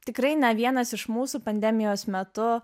tikrai ne vienas iš mūsų pandemijos metu